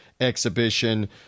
exhibition